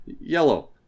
Yellow